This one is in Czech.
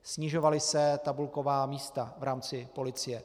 Snižovala se tabulková místa v rámci policie.